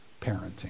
parenting